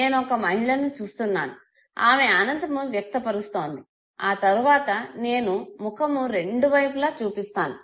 నేను ఒక మహిళను చూస్తునాను ఆమె ఆనందము వ్యక్తపరుస్తోంది ఆ తరువాత నేను ముఖము రెండు వైపులా చుపిస్తాము